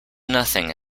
nothing